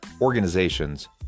organizations